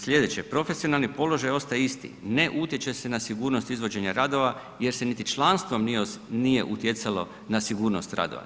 Slijedeće, profesionalni položaj ostaje isti, ne utječe se na sigurnost izvođenja radova jer se niti članstvom nije utjecalo na sigurnost radova.